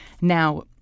Now